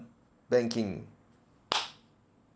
banking